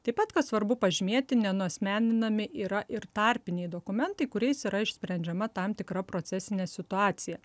taip pat kas svarbu pažymėti nenuasmeninami yra ir tarpiniai dokumentai kuriais yra išsprendžiama tam tikra procesinė situacija